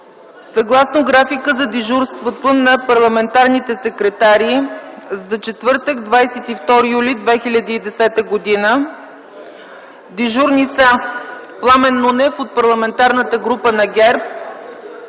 Съгласно графика за дежурството на парламентарните секретари за четвъртък, 22 юли 2010 г. дежурни са Пламен Нунев от Парламентарната група на ГЕРБ